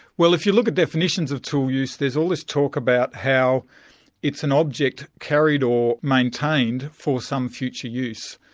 well, if you look at definitions of tool use there's all this talk about how it's an object carried or maintained for some future use.